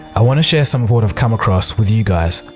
i want to share some of what i've come across with you guys